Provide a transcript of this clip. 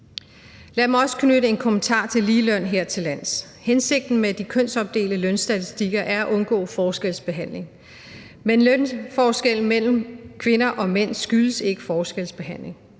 Lad mig også knytte en kommentar til ligeløn hertillands. Hensigten med de kønsopdelte lønstatistikker er at undgå forskelsbehandling. Men lønforskellen mellem kvinder og mænd skyldes ikke forskelsbehandling.